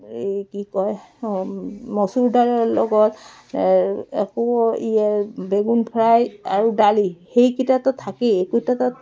এই কি কয় মচুৰ দাইলৰ লগত একো ই বেগুন ফ্ৰাই আৰু দালি সেইকেইটাটো থাকেই এইকেইটা তাত